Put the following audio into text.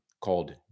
called